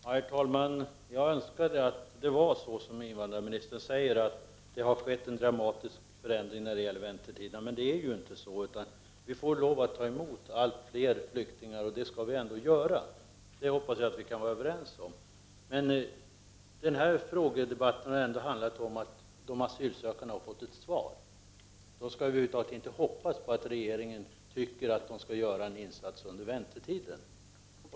Herr talman! Jag önskar att det var så som invandrarministern säger, att det har skett en dramatisk förändring när det gäller väntetiderna. Men det är inte så, utan vi får ta emot allt fler flyktingar, och det skall vi också göra. Det hoppas jag att vi kan vara överens om. Den här frågedebatten har ändå handlat om de asylsökande som har fått ett svar. De skall över huvud taget inte hoppas att regeringen tycker att de skall göra en insats under väntetiden.